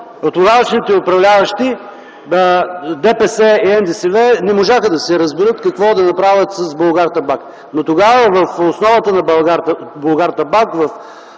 тогавашните управляващи ДПС и НДСВ не можаха да се разберат какво да направят с „Булгартабак”. Но тогава в основата на „Булгартабак”,